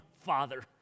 father